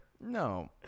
No